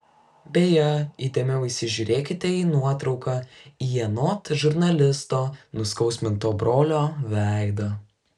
beje įdėmiau įsižiūrėkite į nuotrauką į anot žurnalisto nuskausminto brolio veidą